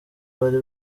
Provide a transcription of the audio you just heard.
bari